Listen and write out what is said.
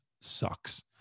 sucks